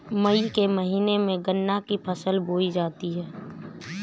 मई के महीने में गन्ना की फसल बोई जाती है